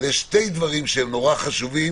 אבל יש שני דברים שהם נורא חשובים,